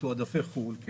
אלו מתועדפי חו"ל.